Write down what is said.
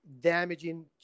damaging